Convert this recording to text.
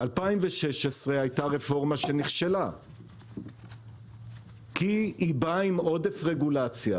ב-2016 היתה רפורמה שנכשלה כי היא באה עם עודף רגולציה.